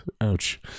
Ouch